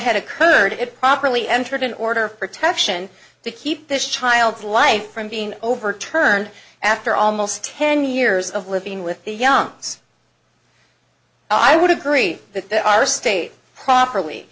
had occurred it properly entered an order of protection to keep this child's life from being overturned after almost ten years of living with the young i would agree that the our state properly